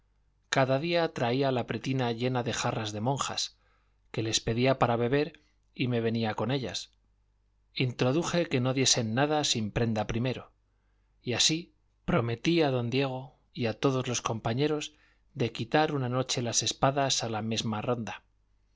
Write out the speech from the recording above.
cada día traía la pretina llena de jarras de monjas que les pedía para beber y me venía con ellas introduje que no diesen nada sin prenda primero y así prometí a don diego y a todos los compañeros de quitar una noche las espadas a la mesma ronda